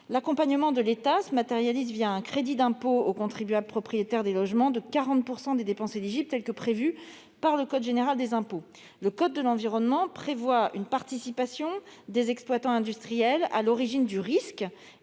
L'accompagnement de l'État se matérialise un crédit d'impôt aux contribuables propriétaires des logements de 40 % des dépenses éligibles tel que prévu par le code général des impôts. Le code de l'environnement prévoit une participation des exploitants industriels à l'origine du risque